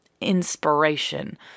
inspiration